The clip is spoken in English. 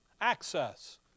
Access